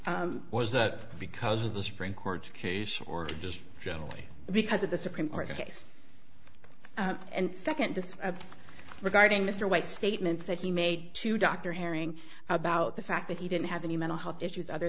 q was that because of the supreme court case or just generally because of the supreme court's case and second this regarding mr white statements that he made to dr herring about the fact that he didn't have any mental health issues other